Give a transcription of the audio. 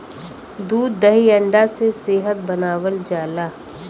दूध दही अंडा से सेहत बनावल जाला